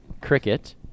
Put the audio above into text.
cricket